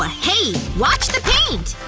ah hey. watch the paint!